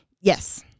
yes